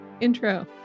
intro